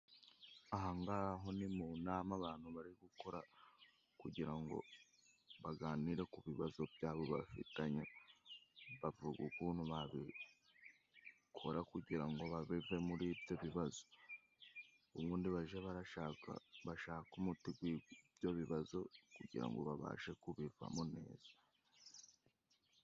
Aha ho ni mu nama, abantu bari gukora kugira ngo, baganire ku bibazo byabo bafitanye, bavuga ukuntu babikora kugira ngo, babive muri ibyo bibazo, Ubundi baje barashaka bashaka umuti gw'ibyo bibazo kugirango ngo babashe kubiva mo neza.